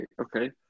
okay